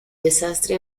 desastre